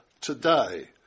today